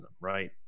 right